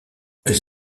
elles